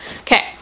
okay